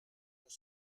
pour